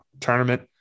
Tournament